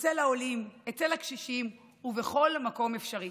אצל העולים, אצל הקשישים ובכל מקום אפשרי.